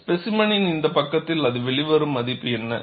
ஸ்பேசிமென்னின் இந்த பக்கத்தில் அது வெளிவரும் மதிப்பு என்ன